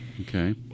Okay